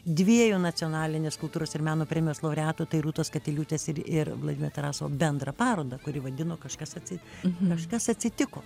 dviejų nacionalinės kultūros ir meno premijos laureatų rūtos katiliūtės ir ir vladimiro tarasovo bendrą parodą kuri vadino kažkas atseit kažkas atsitiko